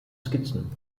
skizzen